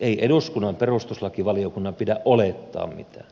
ei eduskunnan perustuslakivaliokunnan pidä olettaa mitään